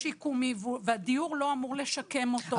טיפולי והוא לא שיקומי, והדיור לא אמור לשקם אותו.